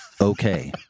okay